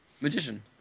Magician